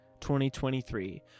2023